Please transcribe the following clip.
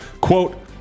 Quote